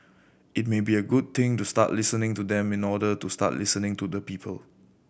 it may be a good thing to start listening to them in order to start listening to the people